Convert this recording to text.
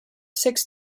six